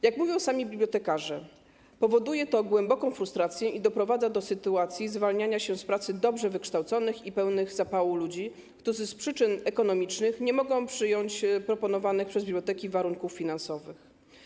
Jak mówią sami bibliotekarze, powoduje to głęboką frustrację i doprowadza do sytuacji zwalniania się z pracy dobrze wykształconych i pełnych zapału ludzi, którzy z przyczyn ekonomicznych nie mogą przyjąć proponowanych przez biblioteki warunków finansowych.